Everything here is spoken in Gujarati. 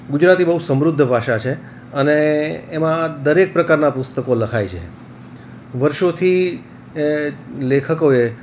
ગુજરાતી બહુ સમૃદ્ધ ભાષા છે અને એમાં દરેક પ્રકારનાં પુસ્તકો લખાય છે વર્ષોથી લેખકોએ